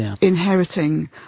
Inheriting